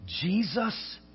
Jesus